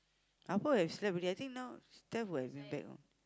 Appa have slept already I think now Steph will have bring back no